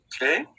Okay